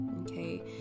okay